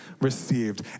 received